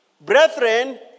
Brethren